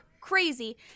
crazy